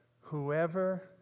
Whoever